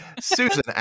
Susan